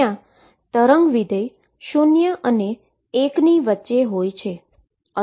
જ્યાં wave function 0 અને l ની વચ્ચે હોય છે